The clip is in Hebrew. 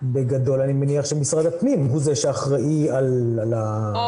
בגדול אני מניח שמשרד הפנים הוא זה שאחראי על --- אוקיי,